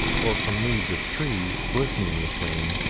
or from leaves of trees, glistening with rain,